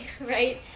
right